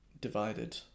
divided